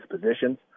positions